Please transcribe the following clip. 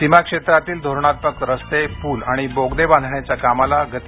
सीमा क्षेत्रातील धोरणात्मक रस्ते पुल आणि बोगदे बांधण्याच्या कामाला गती